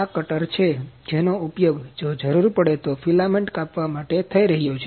આ કટર છે જેનો ઉપયોગ જો જરૂર પડે તો ફિલામેન્ટ કાપવા માટે થઈ રહ્યો છે